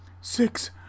Six